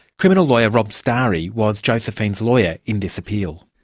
criminal lawyer, rob stary was josephine's lawyer in this appeal.